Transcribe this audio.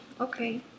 okay